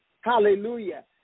hallelujah